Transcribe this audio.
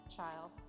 Child